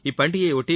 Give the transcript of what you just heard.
இப்பண்டிகையை ஒட்டி